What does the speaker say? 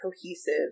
cohesive